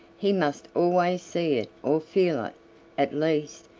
he must always see it or feel it at least,